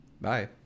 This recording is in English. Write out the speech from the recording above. bye